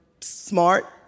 smart